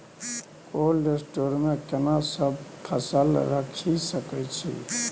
Cold store मे केना सब फसल रखि सकय छी?